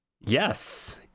Yes